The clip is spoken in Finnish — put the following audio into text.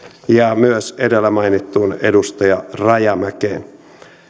ja myös edellä mainittuun edustaja rajamäkeen